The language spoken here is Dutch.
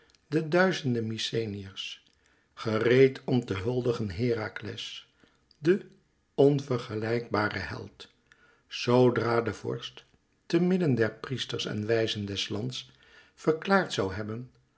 de duizende mykenæërs gereed om te huldigen herakles den onvergelijkbaren held zoodra de vorst te midden der priesters en wijzen des lands verklaard zoû hebben